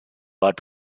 blood